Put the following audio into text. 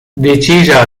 decisa